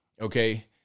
Okay